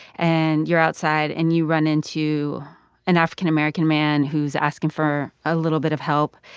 and you're outside, and you run into an african american man who's asking for a little bit of help,